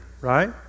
right